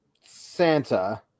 Santa